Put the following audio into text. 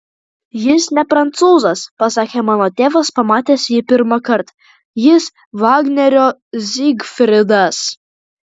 jis ne prancūzas pasakė mano tėvas pamatęs jį pirmąkart jis vagnerio zygfridas